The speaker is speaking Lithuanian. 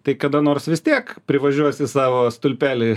tai kada nors vis tiek privažiuosi savo stulpelį